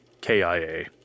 KIA